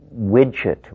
widget